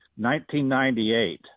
1998